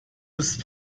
ist